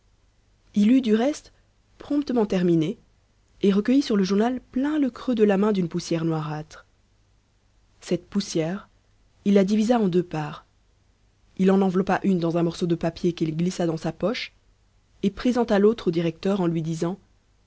eut du reste promptement terminé et recueilli sur le journal plein le creux de la main d'une poussière noirâtre cette poussière il la divisa en deux parts il en enveloppa une dans un morceau de papier qu'il glissa dans sa poche et présenta l'autre au directeur en lui disant